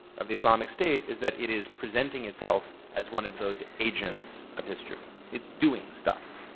of the islamic state, is that it is presenting itself as one of those agents of history. it's doing stuff.